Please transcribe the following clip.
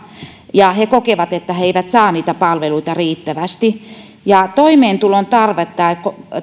he kokevat että he eivät saa palveluita riittävästi toimeentulon tarvetta